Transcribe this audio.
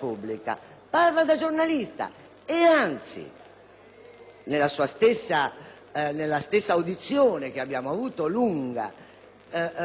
nella lunga audizione che abbiamo tenuto,